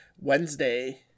Wednesday